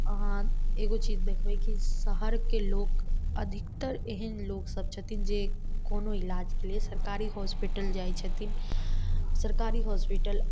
अहाँ एगो चीज देखबै की शहरके लोक अधिकतर एहन लोक सब छथिन जे कोनो इलाजके लेल सरकारी हॉस्पिटल जाय छथिन सरकारी हॉस्पिटल